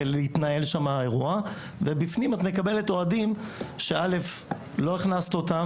ובפנים יש אוהדים שלא הכנסנו.